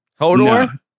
Hodor